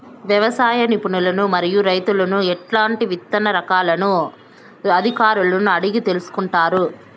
వ్యవసాయ నిపుణులను మరియు రైతులను ఎట్లాంటి విత్తన రకాలను అధికారులను అడిగి తెలుసుకొంటారు?